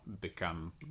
become